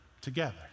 together